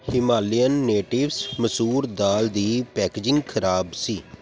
Himalayan natives ਮਸੂਰ ਦਾਲ ਦੀ ਪੈਕੇਜਿੰਗ ਖਰਾਬ ਸੀ